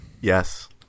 Yes